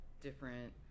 different